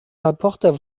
rapportent